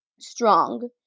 strong